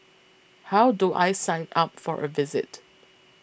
how do I sign up for a visit